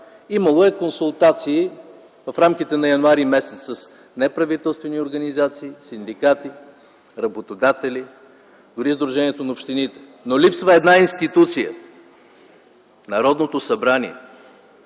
имало консултация в рамките на м. януари с неправителствени организации, синдикати, работодатели, дори Сдружението на общините, но липсва една институция – Народното събрание.